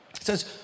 says